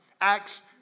Acts